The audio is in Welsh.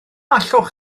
allwch